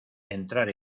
entrar